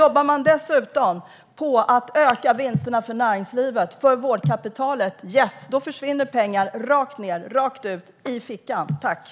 Jobbar man dessutom på att öka vinsterna för näringslivet, för vårdkapitalet, försvinner pengar rakt ut från välfärden och rakt ned i fickan.